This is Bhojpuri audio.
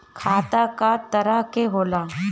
खाता क तरह के होला?